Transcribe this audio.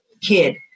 kid